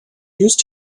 used